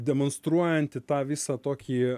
demonstruojanti tą visą tokį